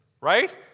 right